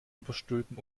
überstülpen